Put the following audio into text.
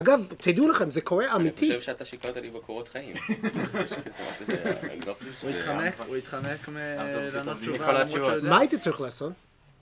אגב, תדעו לכם, זה קורה אמיתית. אני חושב שאתה שיקרת לי בקורות חיים. אני לא חושב שזה... הוא התחמק, הוא התחמק מלענות תשובה. מה הייתי צריך לעשות?